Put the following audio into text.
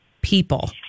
people